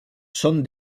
son